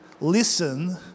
listen